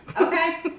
Okay